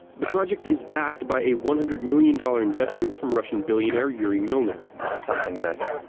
the project is backed by a one hundred million dollars investment from russian billionaire yuri milner this is something that